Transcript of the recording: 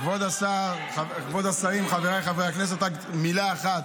כבוד השרים, חבריי חברי הכנסת, רק מילה אחת: